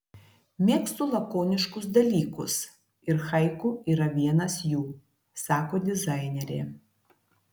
mėgstu lakoniškus dalykus ir haiku yra vienas jų sako dizainerė